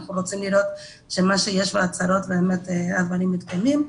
אנחנו רוצים לראות שמה שיש בהצהרות באמת הדברים מתקיימים.